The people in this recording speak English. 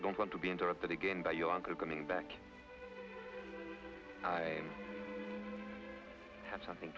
i don't want to be interrupted again but you want to coming back i have something